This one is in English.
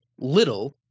little